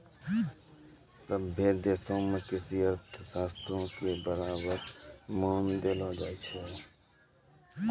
सभ्भे देशो मे कृषि अर्थशास्त्रो के बराबर मान देलो जाय छै